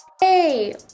Hey